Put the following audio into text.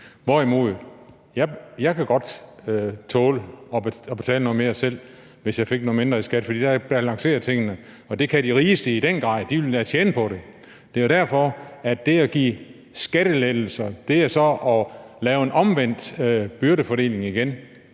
derimod godt tåle at betale noget mere selv, hvis jeg betalte noget mindre i skat, for der balancerer tingene. Og det kan de rigeste i den grad – de vil endda tjene på det. Det er jo derfor, at det at give skattelettelser er at lave en omvendt byrdefordeling igen.